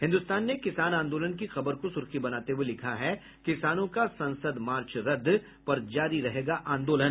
हिन्दुस्तान ने किसान आंदोलन की खबर को सुर्खी बनाते हुए लिखा है किसानों का संसद मार्च रद्द पर जारी रहेगा आंदोलन